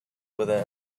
within